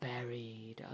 buried